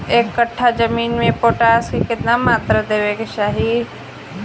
एक कट्ठा जमीन में पोटास के केतना मात्रा देवे के चाही?